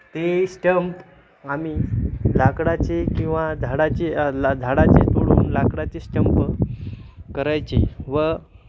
ते स्टंप आम्ही लाकडाचे किंवा झाडाचे ला झाडाचे तोडून लाकडाचे स्टंप करायचे व